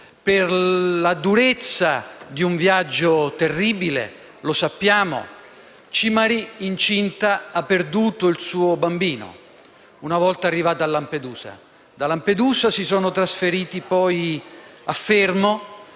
Per la durezza di un viaggio terribile - lo sappiamo - Chinyery, incinta, ha perduto il suo bambino, una volta arrivati a Lampedusa. Da Lampedusa si sono trasferiti poi a Fermo,